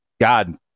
God